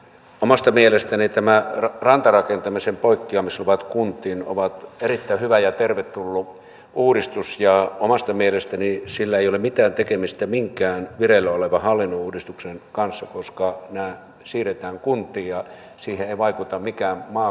omasta mielestäni nämä rantarakentamisen poikkeamisluvat kuntiin ovat erittäin hyvä ja tervetullut uudistus ja omasta mielestäni sillä ei ole mitään tekemistä minkään vireillä olevan hallinnonuudistuksen kanssa koska nämä siirretään kuntiin ja siihen ei vaikuta mikään maakunnallinen uudistus